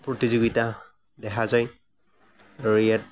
প্ৰতিযোগিতা দেখা যায় আৰু ইয়াত